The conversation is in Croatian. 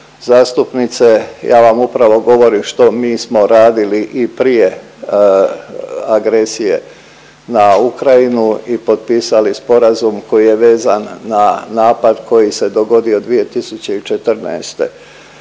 zastupnice ja vam upravo govorim što mi smo radili i prije agresije na Ukrajinu i potpisali sporazum koji je vezan na napad koji se dogodio 2014.